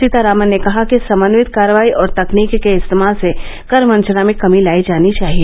सीतारामन ने कहा कि समन्वित कार्रवाई और तकनीक के इस्तेमाल से करवंचना में कमी लाई जानी चाहिए